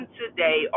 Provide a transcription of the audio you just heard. today